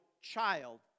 child